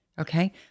okay